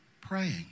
praying